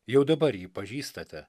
jau dabar jį pažįstate